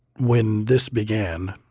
when this began,